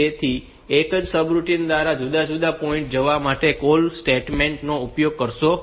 તેથી એક જ સબરૂટીન ના જુદા જુદા પોઈન્ટમાં જવા માટે કૉલ સ્ટેટમેન્ટ નો ઉપયોગ કરશો નહીં